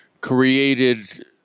created